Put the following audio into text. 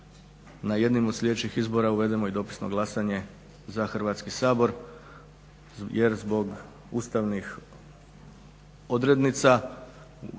na jednim od sljedećim izborima uvedemo i dopisno glasanje za Hrvatski sabor jer zbog ustavnih odrednica